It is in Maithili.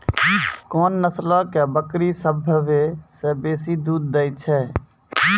कोन नस्लो के बकरी सभ्भे से बेसी दूध दै छै?